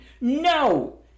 No